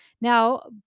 Now